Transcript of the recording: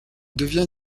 devient